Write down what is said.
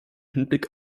hinblick